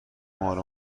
مال